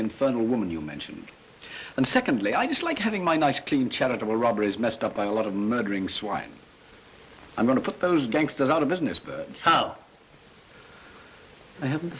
infernal woman you mention and secondly i dislike having my nice clean charitable robberies messed up by a lot of murdering swine i'm going to put those gangsters out of business but i haven't